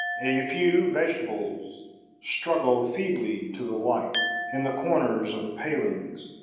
a few vegetables struggle feebly to the light in the corners of the palings,